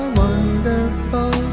wonderful